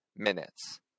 minutes